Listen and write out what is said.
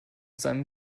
seinem